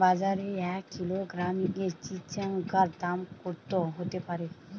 বাজারে এক কিলোগ্রাম চিচিঙ্গার দাম কত হতে পারে?